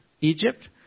Egypt